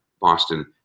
Boston